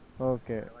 Okay